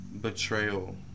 betrayal